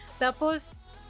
Tapos